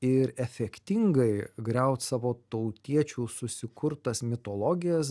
ir efektingai griaut savo tautiečių susikurtas mitologijas